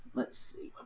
let's see, let's